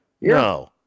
No